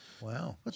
Wow